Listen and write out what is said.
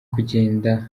kugenda